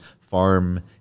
farm